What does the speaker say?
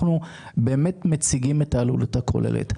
אנחנו באמת מציגים את העלות הכוללת,